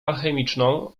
alchemiczną